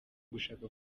gushaka